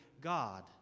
God